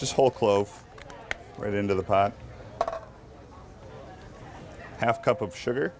just whole clove right into the pot half cup of sugar